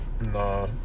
Nah